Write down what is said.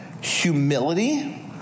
humility